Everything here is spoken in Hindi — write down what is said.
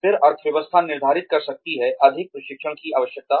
फिर अर्थव्यवस्था निर्धारित कर सकती है अधिक प्रशिक्षण की आवश्यकता